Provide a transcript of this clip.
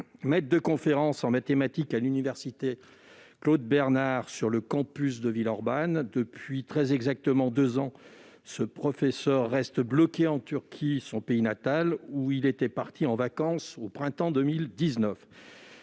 maître de conférences en mathématiques à l'université Claude-Bernard, située sur le campus de Villeurbanne. Depuis très exactement deux ans, ce professeur reste bloqué en Turquie, son pays natal, où il est parti en vacances au printemps 2019.